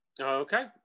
okay